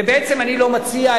ובעצם אני לא מציע,